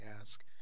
ask